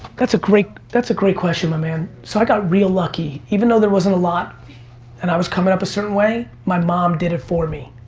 that's great that's great question, my man. so i got real lucky. even though there wasn't a lot and i was coming up a certain way, my mom did it for me.